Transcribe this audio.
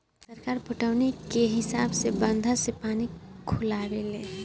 सरकार पटौनी के हिसाब से बंधा से पानी खोलावे ले